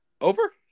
Over